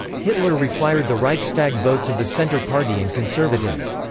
hitler required the reichstag votes of the centre party and conservatives.